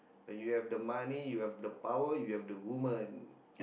when you have the money you have the power you have the woman